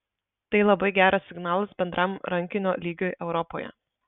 tai labai geras signalas bendram rankinio lygiui europoje